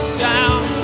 sound